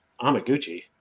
Amaguchi